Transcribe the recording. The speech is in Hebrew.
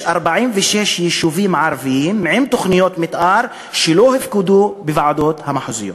יש 46 יישובים ערביים עם תוכניות מתאר שלא הופקדו בוועדות המחוזיות.